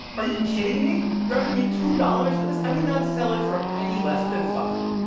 are you kidding me? you're offering me two dollars for this? i would not sell it for a penny less than five.